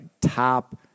top